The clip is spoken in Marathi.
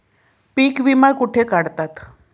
पीक विमा कुठे काढतात?